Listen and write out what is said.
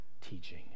teaching